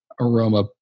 aroma